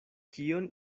kion